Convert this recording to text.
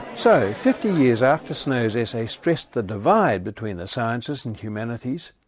so, fifty years after snow's essay stressed the divide between the sciences and humanities,